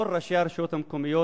כל ראשי הרשויות המקומיות,